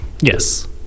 yes